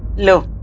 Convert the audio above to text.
no